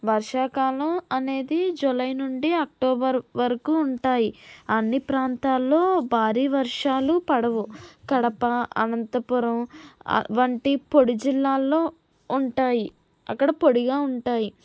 వర్షాకాలం అనేది జులై నుండి అక్టోబర్ వరకు ఉంటాయి అన్ని ప్రాంతాల్లో భారీ వర్షాలు పడవు కడప అనంతపురం వంటి పొడి జిల్లాల్లో ఉంటాయి అక్కడ పొడిగా ఉంటాయి